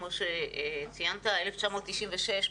1996,